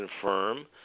confirm